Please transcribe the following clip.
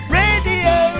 radio